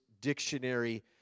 dictionary